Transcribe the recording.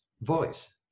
voice